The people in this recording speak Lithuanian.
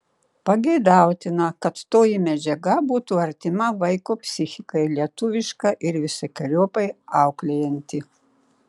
pageidautina kad toji medžiaga būtų artima vaiko psichikai lietuviška ir visokeriopai auklėjanti